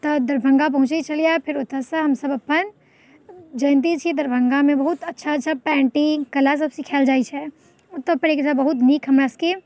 एतऽ दरभङ्गा पहुँचै छलिए फेर ओतऽसँ हमसब अपन जानिते छिए दरभङ्गामे बहुत अच्छा अच्छा पेन्टिङ्ग कलासब सिखाएल जाइ छै ओतऽपर एकटा बहुत नीक हमरासबके